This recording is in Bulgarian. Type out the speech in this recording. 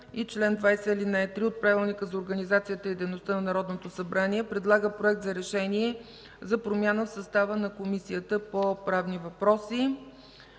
и чл. 20, ал. 3 от Правилника за организацията и дейността на Народното събрание предлага Проект за решение за промяна в състава на Комисията по правни въпроси.